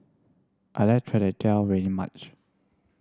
I like teow very much